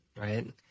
right